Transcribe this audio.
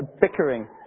bickering